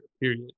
period